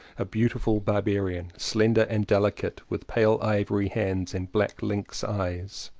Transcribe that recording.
a beautiful barbarian, slender and delicate, with pale ivory hands and black lynx eyes.